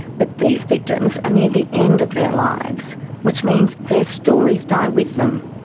but these victims are near the end of their lives which means their stories die with them.